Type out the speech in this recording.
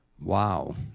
wow